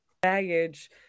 baggage